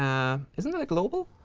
um isn't that global?